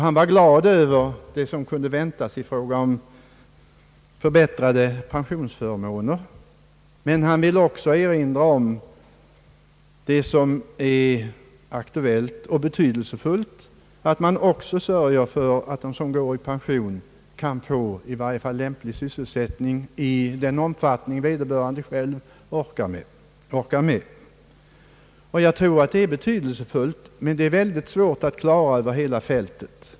Han var glad över det som kunde väntas i fråga om förbättrade pensionsförmåner, men han ville också erinra om att det är aktuellt och betydelsefullt att man också sörjer för att de som går i pension kan få i varje fall lämplig sysselsättning i den omfattning vederbörande själv orkar. Jag tror att det är betydelsefullt men väldigt svårt att klara över hela fältet.